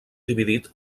dividit